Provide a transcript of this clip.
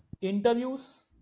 interviews